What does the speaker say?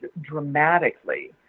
dramatically